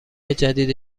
جدید